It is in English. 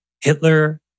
Hitler